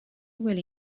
will